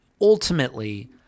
ultimately